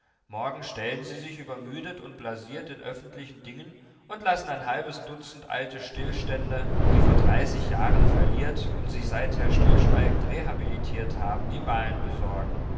morgen stellen sie sich übermüdet und blasiert in öffentlichen dingen und lassen ein halbes dutzend alte stillständer die vor dreißig jahren falliert und sich seither stillschweigend rehabilitiert haben die wahlen besorgen